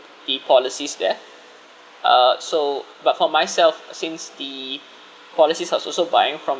the policies there uh so but for myself since the policies are also buying from